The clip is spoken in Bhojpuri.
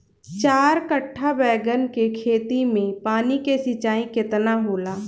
चार कट्ठा बैंगन के खेत में पानी के सिंचाई केतना होला?